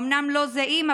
אומנם לא זהים,